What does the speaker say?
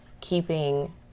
keeping